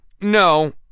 No